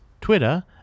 Twitter